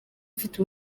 mfite